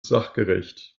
sachgerecht